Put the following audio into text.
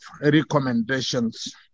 recommendations